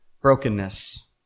brokenness